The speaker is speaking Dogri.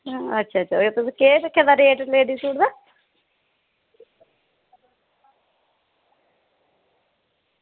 एह् तुसें केह् रेट रक्खे दा लेडीज़ सूट दा